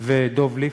ודב ליפמן.